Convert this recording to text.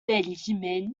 benjamin